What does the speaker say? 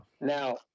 now